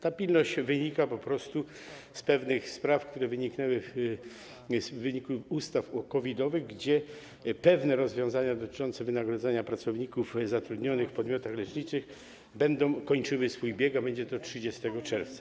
Ta pilność wynika po prostu z pewnych spraw, które pojawiły się w wyniku ustaw COVID-owych, gdzie pewne rozwiązania dotyczące wynagrodzenia pracowników zatrudnionych w podmiotach leczniczych będą kończyły swój bieg, a będzie to 30 czerwca.